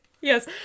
Yes